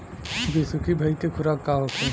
बिसुखी भैंस के खुराक का होखे?